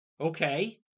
Okay